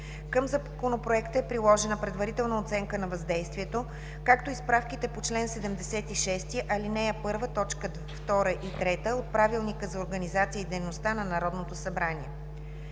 Към Законопроекта е приложена Предварителна оценка на въздействието, както и справките по чл. 76, ал. 1, точки 2 и 3 от Правилника за организацията и дейността на Народното събрание.